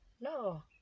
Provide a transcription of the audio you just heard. No